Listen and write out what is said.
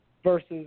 versus